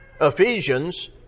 Ephesians